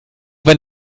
wenn